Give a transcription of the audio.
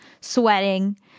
sweating